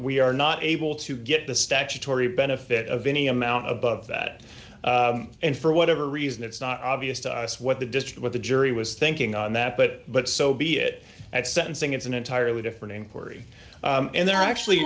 we are not able to get the statutory benefit of any amount above that and for whatever reason it's not obvious to us what the district with the jury was thinking on that but but so be it at sentencing it's an entirely different inquiry and there actually